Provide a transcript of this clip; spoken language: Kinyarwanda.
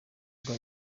rwa